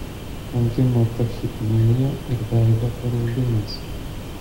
kankino tachipnėja ir veido paraudimas